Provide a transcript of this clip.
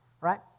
right